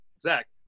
Zach